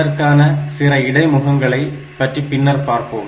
அதற்கான சில இடைமுகங்களை பற்றி பின்னர் பார்ப்போம்